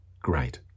great